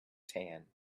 tan